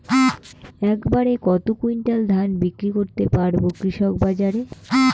এক বাড়ে কত কুইন্টাল ধান বিক্রি করতে পারবো কৃষক বাজারে?